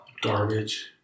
garbage